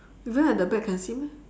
even at the back can see meh